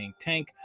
tank